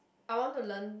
I want to learn